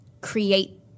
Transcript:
create